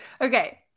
Okay